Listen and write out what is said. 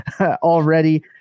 already